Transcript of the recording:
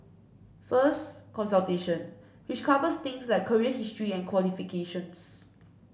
first consultation which covers things like career history and qualifications